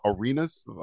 arenas